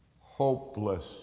hopeless